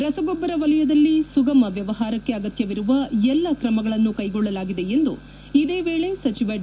ರಸಗೊಬ್ಬರ ವಲಯದಲ್ಲಿ ಸುಗಮ ವ್ವವಹಾರಕ್ಕೆ ಅಗತ್ತವಿರುವ ಎಲ್ಲಾ ತ್ರಮಗಳನ್ನು ಕೈಗೊಳ್ಳಲಾಗಿದೆ ಎಂದು ಇದೇ ವೇಳೆ ಸಚಿವ ಡಿ